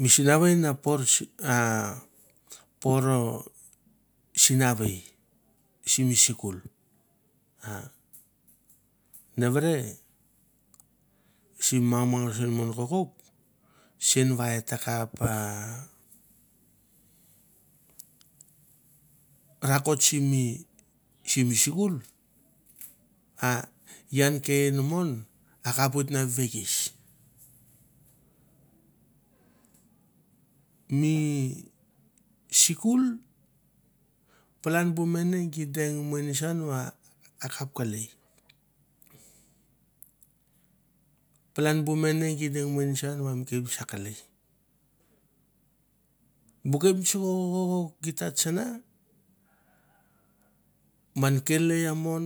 Mi sinavei na por a poro sinavei simi sikul a nevere sim mamau sim mon kokouk sen va e takap rakot simi sikul a ian ke enamon a kapoit na ve kiss. Mi sikul palan bu mene gi deng menesan va akap kelei, palan bu mene gi deng menesan va mi kepnets a kelei, bu kepnets ke ke kouk gi ta tsana man kenlai a mon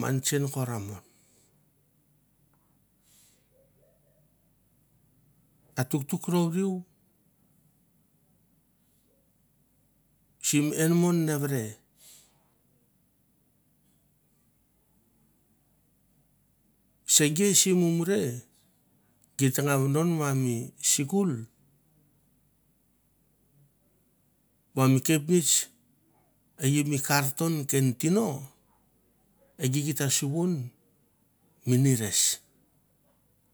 man tsenkor amon. A tuktuk rouriu sim enmon nevere si gei sim umure git teng nga vodon va mi sikul va mi kepnets e i mi kar ton ken tino e gi gi suvon mi neres.